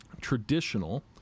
traditional